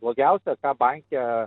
blogiausio ką banke